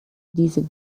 diese